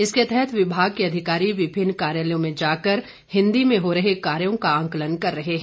इसके तहत विभाग के अधिकारी विभिन्न कार्यालयों में जाकर हिंदी में हो रहे कार्यों का आंकलन कर रहे हैं